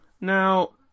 Now